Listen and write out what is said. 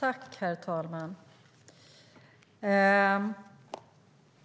Herr talman!